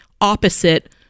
opposite